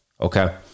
Okay